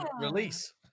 release